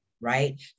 right